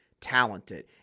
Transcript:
talented